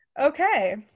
okay